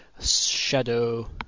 shadow